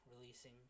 releasing